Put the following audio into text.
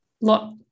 lot